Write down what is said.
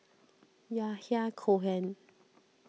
Yahya Cohen